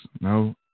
No